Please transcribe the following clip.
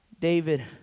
David